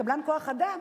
קבלן כוח-אדם,